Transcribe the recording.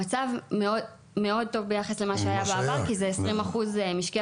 המצב מאוד טוב ביחס למה שהיה בעבר כי זה 20% משקי